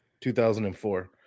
2004